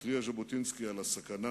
התריע ז'בוטינסקי על הסכנה